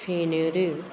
फेणेऱ्यो